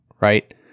right